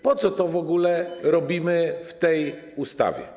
Po co to w ogóle robimy w tej ustawie?